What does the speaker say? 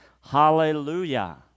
Hallelujah